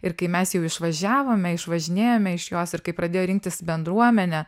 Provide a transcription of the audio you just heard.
ir kai mes jau išvažiavome išvažinėjome iš jos ir kai pradėjo rinktis bendruomenė